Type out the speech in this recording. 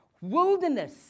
Wilderness